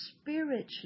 spiritually